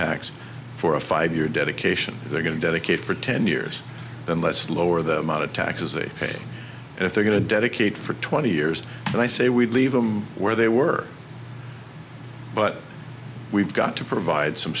taxes for a five year dedication they're going to dedicate for ten years then let's lower the amount of taxes they pay if they're going to dedicate for twenty years and i say we leave them where they were but we've got to provide some